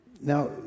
Now